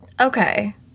okay